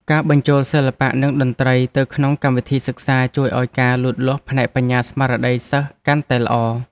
ការបញ្ចូលសិល្បៈនិងតន្ត្រីទៅក្នុងកម្មវិធីសិក្សាជួយឱ្យការលូតលាស់ផ្នែកបញ្ញាស្មារតីសិស្សកាន់តែល្អ។